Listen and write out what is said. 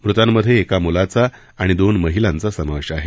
मृतांमधे एका मुलाचा आणि दोन महिलांचा समावेश आहे